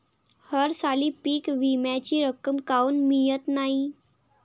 हरसाली पीक विम्याची रक्कम काऊन मियत नाई?